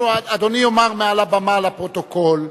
אדוני יאמר מעל הבמה לפרוטוקול,